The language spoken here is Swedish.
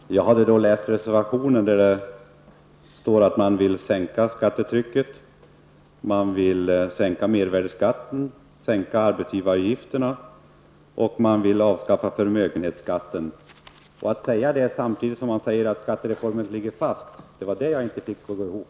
Herr talman! Jag har läst reservationen där det står att man vill sänka skattetrycket, sänka mervärdeskatten, sänka arbetsgivaravgifterna och avskaffa förmögenhetsskatten. Att säga det samtidigt som man säger att skattereformen ligger fast kunde jag inte få att gå ihop.